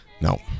No